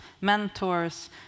mentors